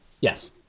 Yes